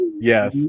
Yes